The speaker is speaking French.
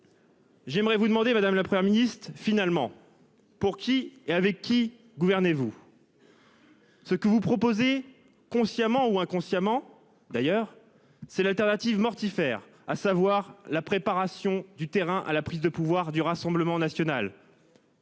J'aimerais vous demander, madame, la Première Myst finalement pour qui et avec qui gouverner vous. Ce que vous proposez, consciemment ou inconsciemment d'ailleurs c'est l'alternative mortifère, à savoir la préparation du terrain à la prise de pouvoir du Rassemblement national.